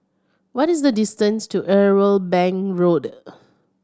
what is the distance to Irwell Bank Road